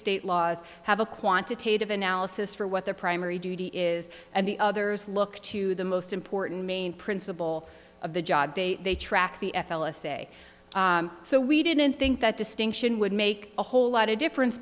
state laws have a quantitative analysis for what their primary duty is and the other's look to the most important main principle of the job they track the f l s say so we didn't think that distinction would make a whole lot of difference